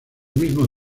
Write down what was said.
mismo